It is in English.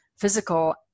physical